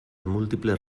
múltiples